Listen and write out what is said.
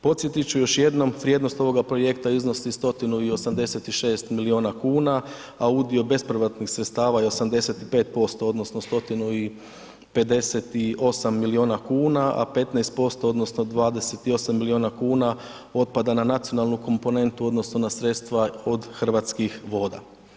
Podsjetit ću još jednom vrijednost ovoga projekta iznosi 186 miliona kuna, a udio bespovratnih sredstava je 85% odnosno 158 miliona kuna, a 15% odnosno 28 miliona kuna otpada na nacionalnu komponentu odnosno na sredstva od Hrvatskih voda.